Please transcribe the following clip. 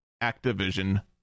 Activision